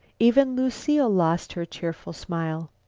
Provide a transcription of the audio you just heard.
even lucile lost her cheerful smile.